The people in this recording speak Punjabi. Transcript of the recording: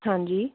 ਹਾਂਜੀ